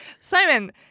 Simon